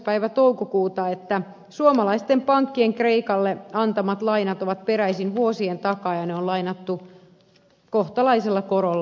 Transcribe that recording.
päivä toukokuuta että suomalaisten pankkien kreikalle antamat lainat ovat peräisin vuosien takaa ja ne on lainattu kohtalaisella korolla